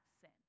sin